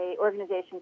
organization